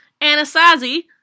Anasazi